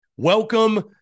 Welcome